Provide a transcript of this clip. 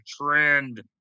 trend